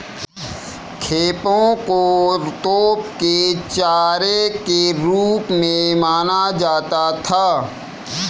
खेपों को तोप के चारे के रूप में माना जाता था